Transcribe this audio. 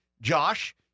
Josh